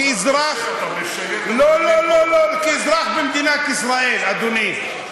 לא לא לא, כאזרח במדינת ישראל, אדוני.